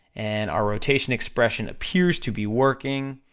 and our rotation expression appears to be working,